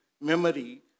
memory